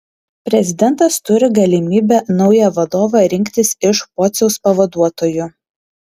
prezidentas turi galimybę naują vadovą rinktis iš pociaus pavaduotojų